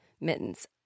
Mittens